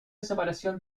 separación